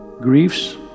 Griefs